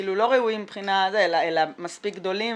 לא ראויים מבחינת זה אלא מספיק גדולים